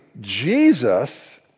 Jesus